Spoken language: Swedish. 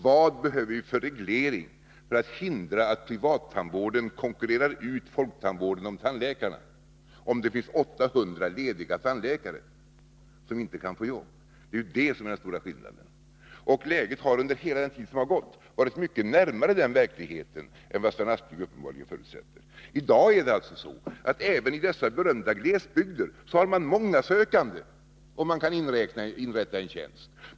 Varför behöver vi en reglering för att hindra att privattandvården konkurrerar ut folktandvården när det gäller tandläkarna, om det finns 800 lediga tandläkare som inte kan få arbete? Det är ju det som är den stora skillnaden. Läget har under hela den tid som har gått varit mycket närmare den verkligheten än vad Sven Aspling uppenbarligen förutsätter. I dag är det alltså så att man även i dessa berömda glesbygder har många sökande, om man kan inrätta en tjänst.